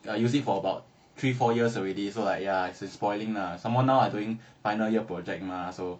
using for about three four years already so like ya it's it's spoiling lah especially now I doing final year project mah so